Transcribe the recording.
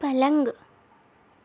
پلنگ